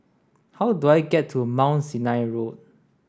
how do I get to Mount Sinai Road